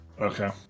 Okay